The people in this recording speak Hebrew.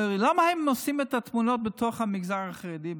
למה הם עושים את התמונות בתוך המגזר החרדי,